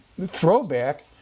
throwback